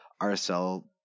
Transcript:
RSL